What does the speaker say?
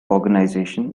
organisation